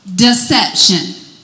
deception